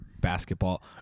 basketball